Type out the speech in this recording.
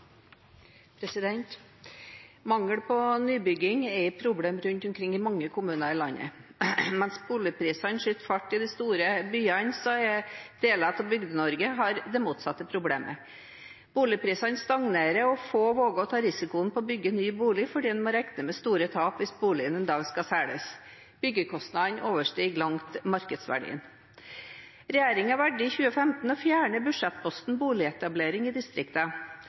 et problem rundt omkring i mange kommuner i landet. Mens boligprisene skyter fart i de store byene, har deler av Bygde-Norge det motsatte problemet. Boligprisene stagnerer, og få våger å ta risikoen på å bygge ny bolig, fordi en må regne med store tap hvis boligen en dag skal selges. Byggekostnadene overstiger langt markedsverdien. Regjeringen valgte i 2015 å fjerne budsjettposten «Boligetablering i